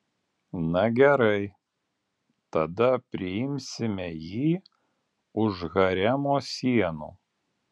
na gerai tada priimsime jį už haremo sienų